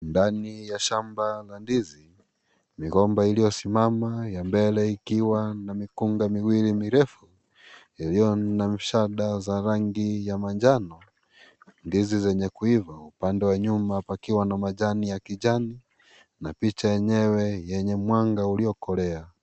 Ndani ya shamba ya ndizi, mgomba uliosimama ya mbele ikiwa na mikunga miwili mirefu, iliyo na mshada za rangi ya manjano, ndizi zenye kuiva upande wa nyuma pakiwa na majani ya kijani na picha enyewe yenye mwanga ulio kolea.